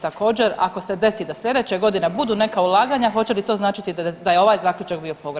Također, ako se desi da slijedeće godine budu neka ulaganja, hoće li to značiti da je ovaj zaključak bio pogrešan?